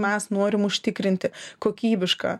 mes norim užtikrinti kokybišką